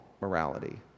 morality